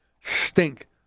stink